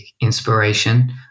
inspiration